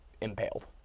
impaled